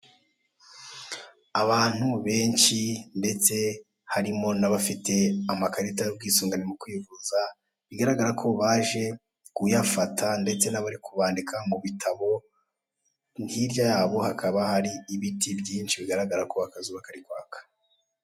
Abantu benshi ndetse harimo n'abafite amakarita y'ubwisungane mu kwivuza, bigaragara ko baje kuyafata ndetse n'abari kubandika mu bitabo, hirya yabo hakaba hari ibiti byinshi bigaragara ko akazuba kari kwaka.